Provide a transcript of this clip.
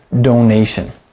donation